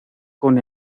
con